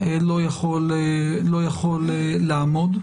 לא יכול לעמוד,